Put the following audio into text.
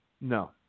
No